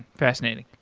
fascinating.